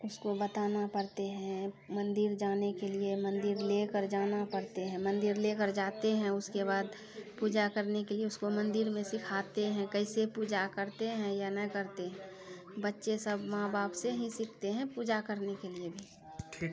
उसको बताना पड़ते हैं मन्दिर जाने के लिये मन्दिर लेकर जाना पड़ते हैं मन्दिर लेकर जाते हैं उसके बाद पूजा करने के लिये उसको मन्दिर मे सिखाते हैं कैसे पूजा करते हैं या ना करते हैं बच्चे सब माँ बाप से ही सीखते हैं पूजा करने के लिये भी ठीक